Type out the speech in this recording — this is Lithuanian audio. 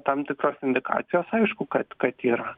tam tikros indikacijos aišku kad kad yra